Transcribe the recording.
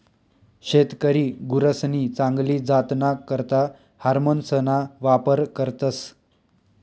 शेतकरी गुरसनी चांगली जातना करता हार्मोन्सना वापर करतस